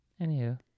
Anywho